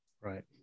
right